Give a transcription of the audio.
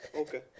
okay